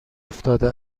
افتاده